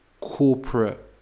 corporate